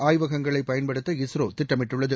ஆய்வகங்களை பயன்படுத்த இஸ்ரோ திட்டமிட்டுள்ளது